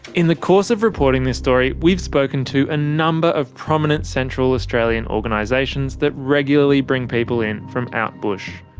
in the course of reporting this story we've spoken to a number of prominent central australian organisations that regularly bring people in from out bush.